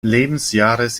lebensjahres